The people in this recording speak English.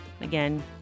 again